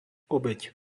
obeť